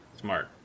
Smart